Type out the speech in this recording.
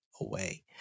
away